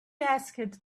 asked